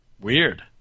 Weird